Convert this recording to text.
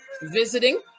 visiting